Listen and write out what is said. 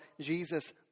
Jesus